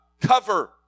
cover